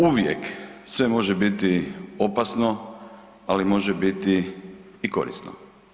Uvijek, sve može biti opasno, ali može biti i korisno.